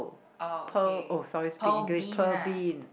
oh okay pearl bean ah